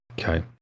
Okay